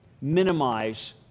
minimize